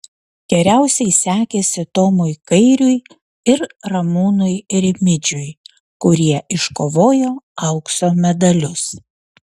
geriausiai sekėsi tomui kairiui ir ramūnui rimidžiui kurie iškovojo aukso medalius